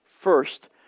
First